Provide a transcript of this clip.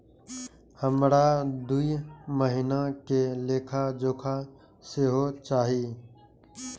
हमरा दूय महीना के लेखा जोखा सेहो चाही